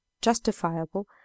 justifiable